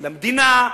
למדינה,